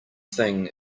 thing